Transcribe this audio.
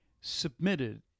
submitted